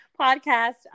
podcast